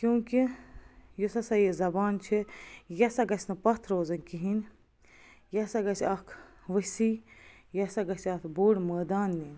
کیوںکہِ یُس ہَسا یہِ زبان چھِ یہِ ہَسا گَژھِ نہٕ پَتھ روزٕںۍ کِہیٖںۍ یہِ ہَسا گَژھِ اَکھ ؤسیع یہِ ہَسا گَژھِ اَکھ بوٚڈ مٲدان